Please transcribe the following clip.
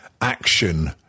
action